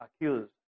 accused